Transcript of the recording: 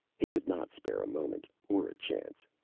he could not spare a moment, or a chance.